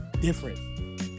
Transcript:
different